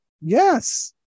Yes